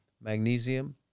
magnesium